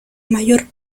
mayor